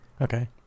Okay